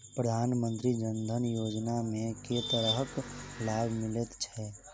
प्रधानमंत्री जनधन योजना मे केँ तरहक लाभ मिलय छै?